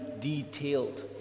detailed